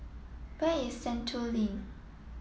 where is Sentul Link